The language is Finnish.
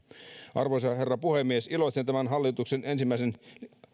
arvoisa herra puhemies iloitsen tämän hallituksen tekemän ensimmäisen